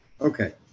okay